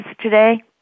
today